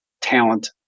talent